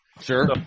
Sure